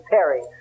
Perry